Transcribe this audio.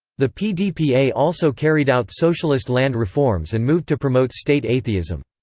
the pdpa also carried out socialist land reforms and moved to promote state atheism.